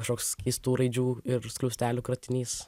kažkoks keistų raidžių ir skliaustelių kratinys